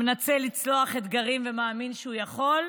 המנסה לצלוח אתגרים ומאמין שהוא יכול.